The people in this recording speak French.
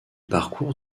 parcourt